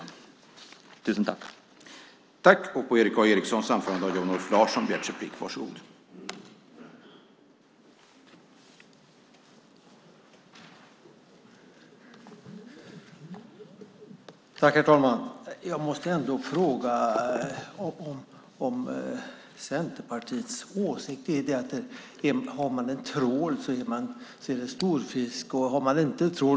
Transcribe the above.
Tusen tack!